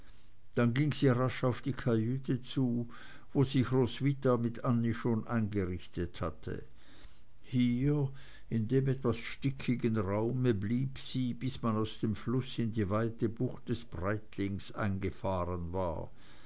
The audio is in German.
dann ging sie rasch auf die kajüte zu wo sich roswitha mit annie schon eingerichtet hatte hier in dem etwas stickigen raum blieb sie bis man aus dem fluß in die weite bucht des breitling eingefahren war